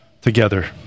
together